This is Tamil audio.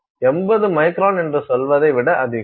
80 மைக்ரான் என்று சொல்வதை விட அதிகம்